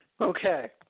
Okay